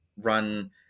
run